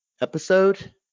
episode